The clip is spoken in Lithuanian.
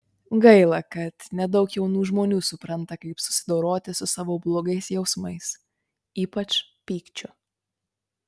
gaila kad nedaug jaunų žmonių supranta kaip susidoroti su savo blogais jausmais ypač pykčiu